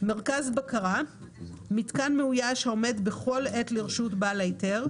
"מרכז בקרה" מיתקן מאויש העומד בכל עת לרשות בעל היתר,